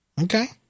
Okay